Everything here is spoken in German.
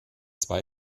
zwei